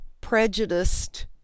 prejudiced